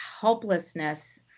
helplessness